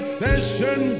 session